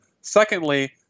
Secondly